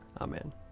Amen